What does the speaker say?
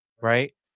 right